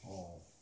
orh